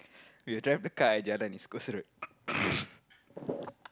we will drive the car at jalan East-Coast-Road